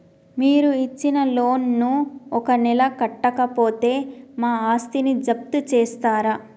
మీరు ఇచ్చిన లోన్ ను ఒక నెల కట్టకపోతే మా ఆస్తిని జప్తు చేస్తరా?